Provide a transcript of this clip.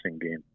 game